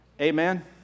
Amen